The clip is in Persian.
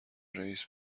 رئیس